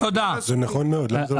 זה נכון מאוד.